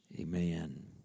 Amen